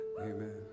Amen